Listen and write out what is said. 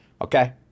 okay